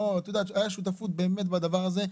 את יודעת, היה שותפות באמת בדבר הזה.